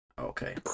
Okay